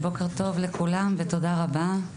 בוקר טוב לכולם, תודה רבה.